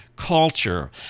culture